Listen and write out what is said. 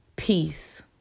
peace